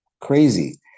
crazy